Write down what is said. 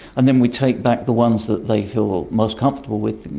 and then we take back the ones that they feel most comfortable with,